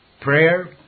Prayer